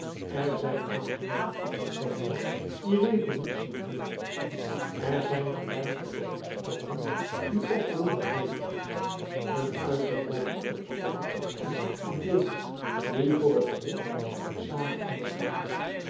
er zijn aangenomen opstanden die revolutiën heeten er zijn geweigerde opstanden die oproeren heeten een uitgebroken opstand is een idée die voor het volk haar examen ondergaat